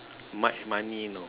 mo~ money